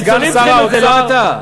הניצולים צריכים את זה, לא אתה.